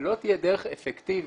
לא תהיה דרך אפקטיבית